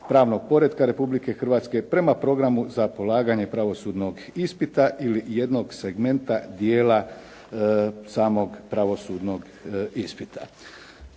pravnog poretka Republike Hrvatske prema programu za polaganje pravosudnog ispita ili jednog segmenta dijela samog pravosudnog ispita.